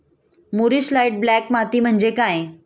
मूरिश light black माती म्हणजे काय?